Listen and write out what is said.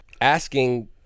asking